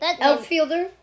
outfielder